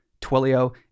Twilio